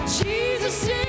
Jesus